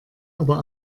aber